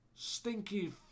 Stinky